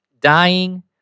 dying